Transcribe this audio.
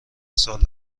سال